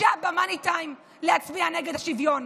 זה עכשיו, ב-money time, להצביע נגד השוויון.